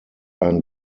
ein